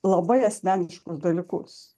labai asmeniškus dalykus